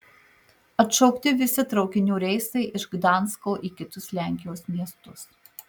atšaukti visi traukinių reisai iš gdansko į kitus lenkijos miestus